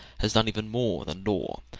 has done even more than law.